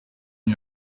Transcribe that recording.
you